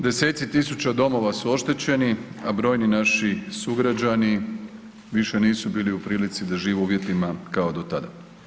Deseci tisuća domova su oštećeni, a brojni naši sugrađani više nisu bili u prilici da žive u uvjetima kao do tada.